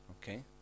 okay